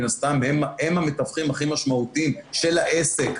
מן הסתם, הם המתווכים הכי משמעותיים של העסק,